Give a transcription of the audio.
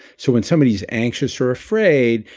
so when somebody is anxious or afraid,